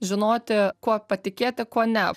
žinoti kuo patikėti kuo ne